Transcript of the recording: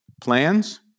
plans